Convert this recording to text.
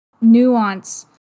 nuance